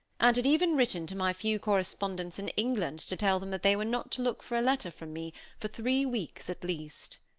and had even written to my few correspondents in england to tell them that they were not to look for a letter from me for three weeks at least.